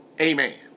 Amen